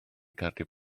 cardiau